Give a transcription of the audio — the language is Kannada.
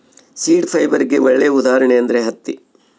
ಸೀಡ್ ಫೈಬರ್ಗೆ ಒಳ್ಳೆ ಉದಾಹರಣೆ ಅಂದ್ರೆ ಹತ್ತಿ